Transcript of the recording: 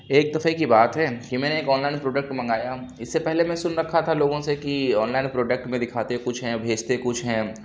ایک دفعہ کی بات ہے کہ میں ایک آن لائن پروڈکٹ منگایا اِس سے پہلے میں سُن رکھا تھا لوگوں سے کہ آن لائن پروڈکٹ میں دکھاتے کچھ ہیں بھیجتے کچھ ہیں